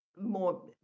more